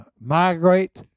migrate